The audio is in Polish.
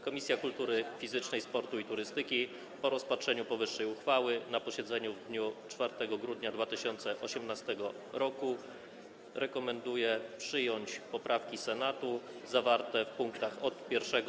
Komisja Kultury Fizycznej, Sportu i Turystyki po rozpatrzeniu powyższej uchwały na posiedzeniu w dniu 4 grudnia 2018 r. rekomenduje przyjęcie poprawek Senatu zawartych w pkt 1–7.